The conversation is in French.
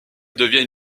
deviens